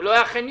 ולא היה חניון.